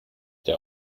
der